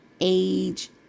age